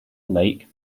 lake